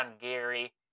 Gary